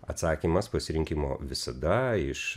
atsakymas pasirinkimo visada iš